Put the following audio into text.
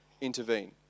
intervene